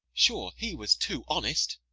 sure, he was too honest.